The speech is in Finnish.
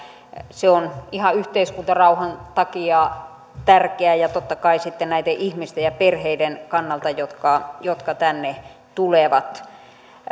se on ihan yhteiskuntarauhan takia tärkeää ja totta kai sitten näiden ihmisten ja perheiden kannalta jotka jotka tänne tulevat